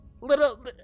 little